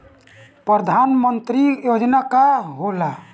परधान मंतरी योजना का होला?